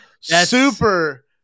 Super